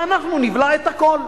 ואנחנו נבלע את הכול,